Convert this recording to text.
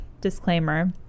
disclaimer